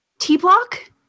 T-Block